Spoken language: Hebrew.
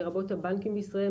לרבות הבנקים בישראל,